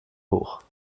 hoch